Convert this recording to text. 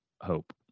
hope